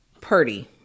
Purdy